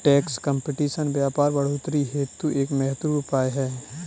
tax competition व्यापार बढ़ोतरी हेतु एक महत्वपूर्ण उपाय है